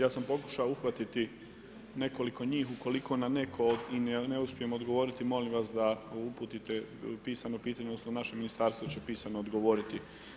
Ja sam pokušao uhvatiti nekoliko njih, ukoliko na neko ne uspijem odgovoriti molim vas da mi uputite pisano pitanje, odnosno našem ministarstvu će pisano odgovoriti.